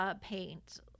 paint